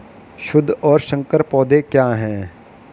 शुद्ध और संकर पौधे क्या हैं?